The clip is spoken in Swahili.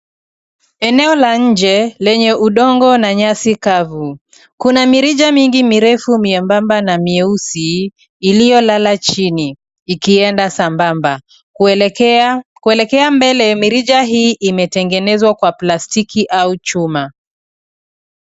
Eneo la nje lenye udongo na nyasi kavu, kuna mirija mingi mirefu miebamba na mieusi iliyolala chini ikienda sambamba ,kuelekea mbele mirija hii imetengenezwa kwa plastiki au chuma.